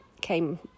came